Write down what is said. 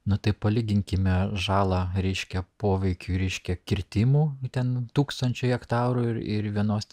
nu tai palyginkime žalą reiškia poveikiui reiškia kirtimų ten tūkstančiai hektarų ir ir vienos ten